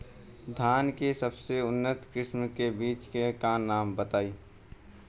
धान के सबसे उन्नत किस्म के बिज के नाम बताई?